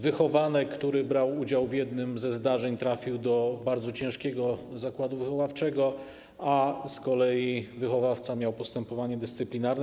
Wychowanek, który brał udział w jednym ze zdarzeń, trafił do bardzo ciężkiego zakładu wychowawczego, a z kolei wychowawca miał postępowanie dyscyplinarne.